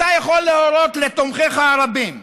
אתה יכול להורות לתומכיך הרבים,